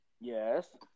Yes